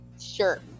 Sure